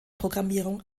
programmierung